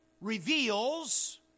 reveals